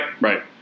Right